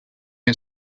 had